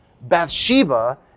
Bathsheba